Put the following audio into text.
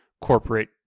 corporate